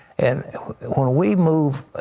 and when we move,